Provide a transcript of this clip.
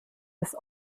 des